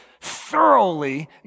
thoroughly